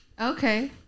Okay